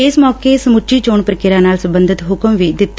ਇਸ ਮੌਕੇ ਸਮੱਚੀ ਚੋ ਪ੍ਰੀਕੁਆ ਨਾਲ ਸਬੰਧਤ ਹੁਕਮ ਵੀ ਦਿੱਤੇ